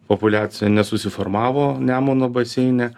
populiacija nesusiformavo nemuno baseine